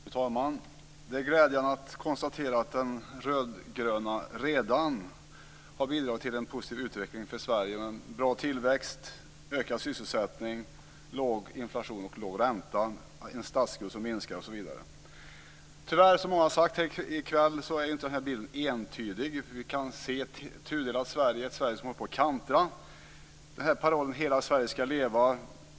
Fru talman! Det är glädjande att konstatera att den rödgröna redan har bidragit till en positiv utveckling för Sverige, en bra tillväxt, ökad sysselsättning, låg inflation, låg ränta, en minskande statsskuld osv. Tyvärr är den bilden inte entydig. Vi kan se ett tudelat Sverige som håller på att kantra. Parollen Hela Sverige ska leva!